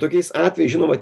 tokiais atvejais žinoma